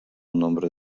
nombre